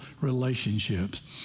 relationships